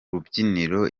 rubyiniro